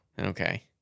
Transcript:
Okay